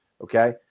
okay